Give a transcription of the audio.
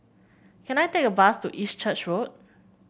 can I take a bus to East Church Road